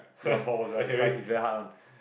he's quite he's very hard